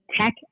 tech